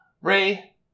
Ray